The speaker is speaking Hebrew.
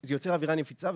זה יוצר אווירה נפיצה,